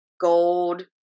gold